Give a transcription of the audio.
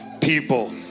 people